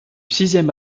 sixième